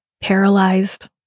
paralyzed